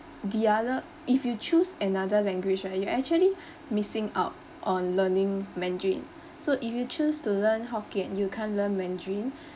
the other if you choose another language right you actually missing out on learning mandarin so if you choose to learn hokkien you can't learn mandarin